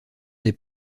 des